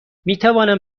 میتوانم